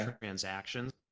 transactions